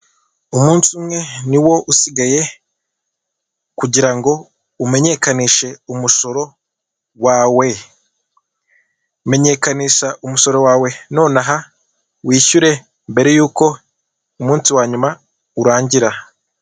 Umunsi umwe niwo usigaye kugira ngo umenyekanishe umusoro wawe, Menyekanisha umusoro wawe nonaha wishyure mbere yuko umunsi wayuma urangira.